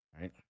Right